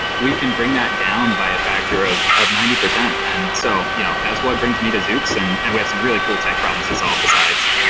we can bring that down by a factor of of ninety percent. and so you know that's what me to zoox, and and we have some really cool tech problems to solve besides.